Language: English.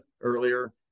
earlier